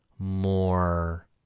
more